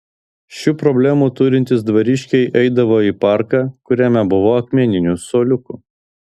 šių problemų turintys dvariškiai eidavo į parką kuriame buvo akmeninių suoliukų